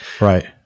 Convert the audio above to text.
right